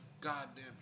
goddamn